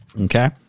okay